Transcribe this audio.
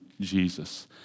Jesus